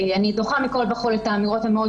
אני דוחה מכל וכל את האמירות המאוד